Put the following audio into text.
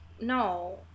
no